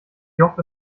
joch